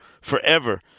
forever